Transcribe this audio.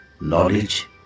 knowledge